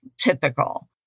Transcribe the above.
typical